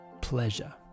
pleasure